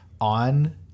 on